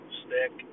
stick